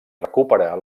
recuperar